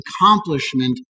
accomplishment